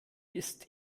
ist